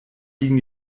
liegen